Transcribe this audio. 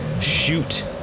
shoot